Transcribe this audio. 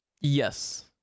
Yes